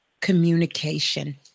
Communication